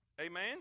Amen